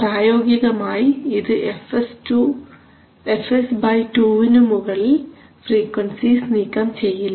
പ്രായോഗികമായി ഇത് fs2 നു മുകളിൽ ഫ്രീക്വൻസിസ് നീക്കം ചെയ്യില്ല